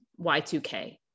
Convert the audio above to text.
Y2K